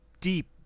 deep